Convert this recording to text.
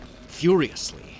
furiously